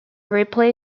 replay